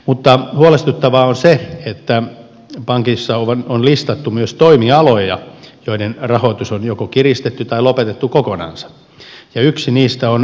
mutta huolestuttavaa on se että pankeissa on listattu myös toimialoja joiden rahoitusta on joko kiristetty tai se on lopetettu kokonaan ja yksi niistä on rakennussektori